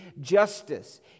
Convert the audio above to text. justice